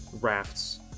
rafts